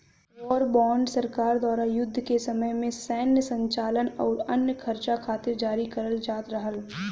war bond सरकार द्वारा युद्ध के समय में सैन्य संचालन आउर अन्य खर्चा खातिर जारी करल जात रहल